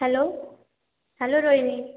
hello hello Rohini